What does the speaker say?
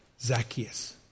Zacchaeus